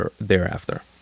thereafter